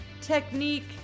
technique